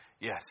Yes